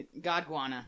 Godguana